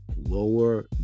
lower